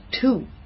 two